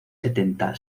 setenta